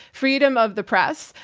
freedom of the press.